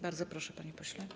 Bardzo proszę, panie pośle.